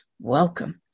Welcome